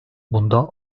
bunda